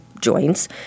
joints